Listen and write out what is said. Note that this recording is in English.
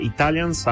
Italian